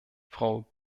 frau